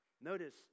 Notice